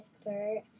skirt